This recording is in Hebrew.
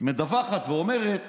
מדווחת ואומרת